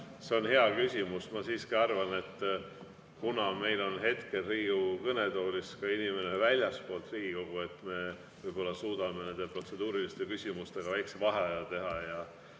See on hea küsimus. Ma siiski arvan, et kuna meil on hetkel Riigikogu kõnetoolis inimene väljastpoolt Riigikogu, siis me võib-olla suudame nendel protseduurilistel küsimustel väikese vaheaja teha